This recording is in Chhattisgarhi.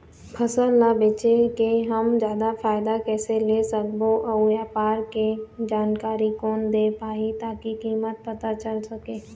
फसल ला बेचे के हम जादा फायदा कैसे ले सकबो अउ व्यापार के जानकारी कोन दे पाही ताकि कीमत पता चल सके?